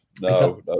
no